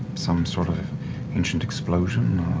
some sort of ancient explosion